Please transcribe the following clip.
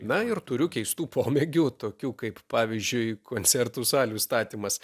na ir turiu keistų pomėgių tokių kaip pavyzdžiui koncertų salių statymas